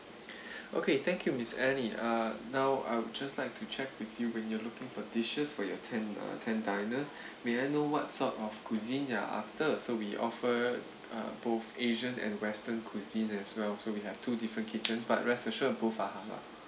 okay thank you miss annie uh now I'd just like to check with you when you're looking for dishes for your ten uh ten diners may I know what sort of cuisine you're after so we offer uh both asian and western cuisine as well so we have two different kitchens but rest assured both are halal